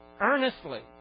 earnestly